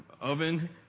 Oven